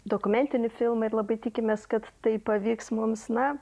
dokumentinį filmą ir labai tikimės kad tai pavyks mums na